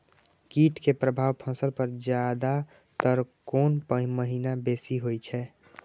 कीट के प्रभाव फसल पर ज्यादा तर कोन महीना बेसी होई छै?